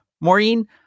Maureen